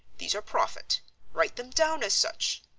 these are profit write them down as such.